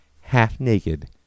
half-naked